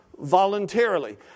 voluntarily